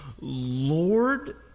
Lord